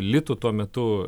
litų tuo metu